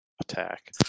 Attack